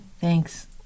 Thanks